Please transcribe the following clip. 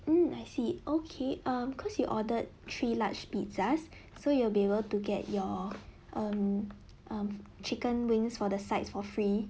mm I see okay um cause you ordered three large pizzas so you will be able to get your um um chicken wings for the sides for free